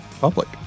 public